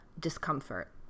discomfort